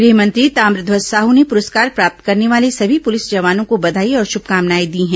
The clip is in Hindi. गृह मंत्री ताम्रध्वज साह ने पुरस्कार प्राप्त करने वाले सभी पुलिस जवानों को बधाई और श्रमकामनाए दी है